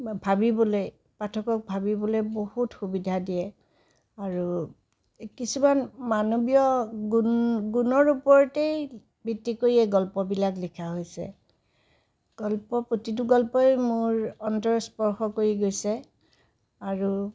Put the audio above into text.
ভাবিবলৈ পাঠকক ভাবিবলৈ বহুত সুবিধা দিয়ে আৰু কিছুমান মানৱীয় গুণ গুণৰ ওপৰতেই ভিত্তি কৰি এই গল্পবিলাক লিখা হৈছে গল্প প্ৰতিটো গল্পই মোৰ অন্তৰ স্পৰ্শ কৰি গৈছে আৰু